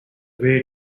way